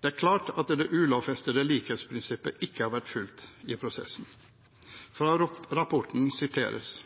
Det er klart at det ulovfestede likhetsprinsippet ikke har vært fulgt i prosessen. Fra rapporten siteres: